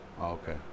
Okay